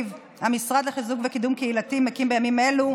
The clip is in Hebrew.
המשרד לחיזוק וקידום קהילתיים מקים בימים אלו,